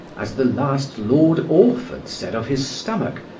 as the last lord orford said of his stomach,